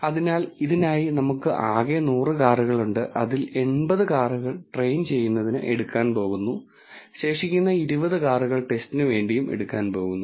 അതിനാൽ ഇതിനായി നമുക്ക് ആകെ 100 കാറുകളുണ്ട് അതിൽ 80 കാറുകൾ ട്രെയിൻ ചെയ്യുന്നതിനായി എടുക്കാൻ പോകുന്നു ശേഷിക്കുന്ന 20 കാറുകൾ ടെസ്റ്റിനുവേണ്ടിയും എടുക്കാൻ പോകുന്നു